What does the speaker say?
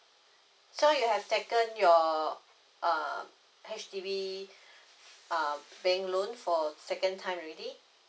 so you have taken your uh H_D_B uh bank loan for second time already